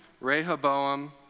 Rehoboam